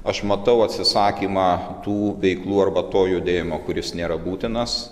aš matau atsisakymą tų veiklų arba to judėjimo kuris nėra būtinas